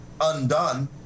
undone